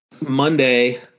Monday